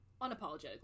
Unapologetically